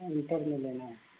inter में लेना है